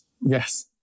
Yes